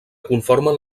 conformen